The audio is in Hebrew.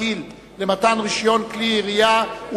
איסור רכישת משקה משכר עבור קטין) עברה